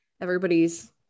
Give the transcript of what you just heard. everybody's